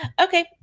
Okay